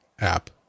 app